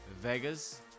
Vegas